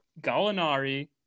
Gallinari